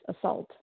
assault